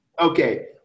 Okay